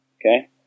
Okay